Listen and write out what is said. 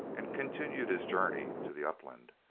and continued his journey to the up-land,